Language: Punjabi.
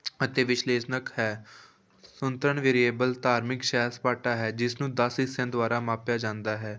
ਅਤੇ ਵਿਸ਼ਲੇਸ਼ਨਕ ਹੈ ਅੰਤਰਨ ਵੇਰੀਏਬਲ ਧਾਰਮਿਕ ਸੈਰ ਸਪਾਟਾ ਹੈ ਜਿਸ ਨੂੰ ਦਸ ਹਿੱਸਿਆਂ ਦੁਆਰਾ ਮਾਪਿਆ ਜਾਂਦਾ ਹੈ